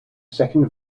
second